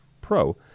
Pro